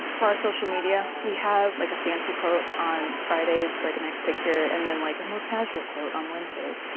for our social media, we have like a fancy quote on fridays with like a nice picture and then like a more casual quote on wednesdays.